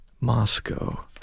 Moscow